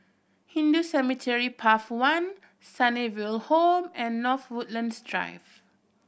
Hindu Cemetery Path One Sunnyville Home and North Woodlands Drive